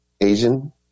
asian